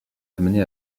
amenés